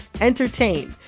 entertain